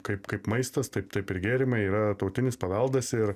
kaip kaip maistas taip taip ir gėrimai yra tautinis paveldas ir